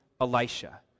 Elisha